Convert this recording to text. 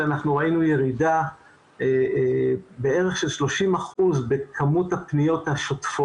הרעיון זה לסגור אותן ולטפל